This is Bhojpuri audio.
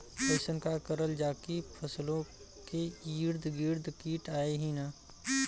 अइसन का करल जाकि फसलों के ईद गिर्द कीट आएं ही न?